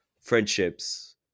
friendships